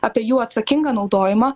apie jų atsakingą naudojimą